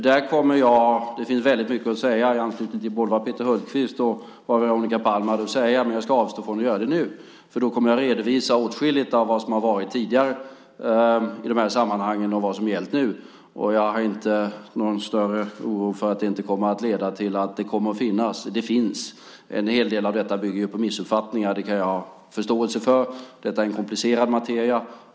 Där kommer jag - det finns väldigt mycket att säga i anslutning till vad både Peter Hultqvist och Veronica Palm hade att säga, men jag ska avstå från att göra det nu - att redovisa åtskilligt av vad som varit tidigare i de här sammanhangen och vad som gällt nu. Jag känner inte någon större oro för att det inte leder till att det kommer att finnas missuppfattningar - de finns. En hel del av detta bygger ju på missuppfattningar, och det kan jag ha förståelse för. Detta är en komplicerad materia.